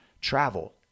travel